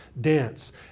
dance